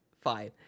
fine